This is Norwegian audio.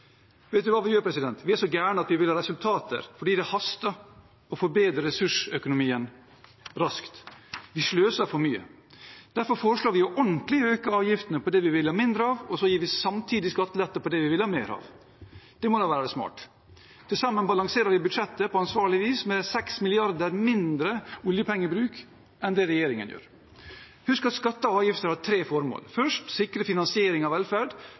Vet presidenten hva vi gjør? Vi er så gærne at vi vil ha resultater, fordi det haster med å forbedre ressursøkonomien raskt. Vi sløser for mye. Derfor foreslår vi ordentlig å øke avgiftene på det vi vil ha mindre av, og så gir vi samtidig skattelette på det vi vil ha mer av. Det må da være smart. Til sammen balanserer vi budsjettet på ansvarlig vis, med 6 mrd. kr mindre i oljepengebruk enn det regjeringen gjør. Husk at skatter og avgifter har tre formål – først sikre finansiering av velferd,